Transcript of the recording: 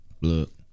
look